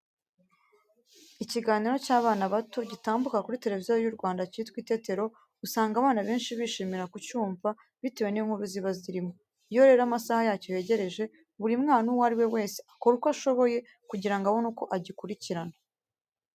Ikiganiro cy'abana bato gitambuka kuri Televiziyo Rwanda cyitwa Itetero, usanga abana benshi bishimira kucyumva bitewe n'inkuru ziba zirimo. Iyo rero amasaha yacyo yegereje, buri mwana uwo ari we wese akora uko ashoboye kugira ngo abone uko agikurikirana.